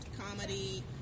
comedy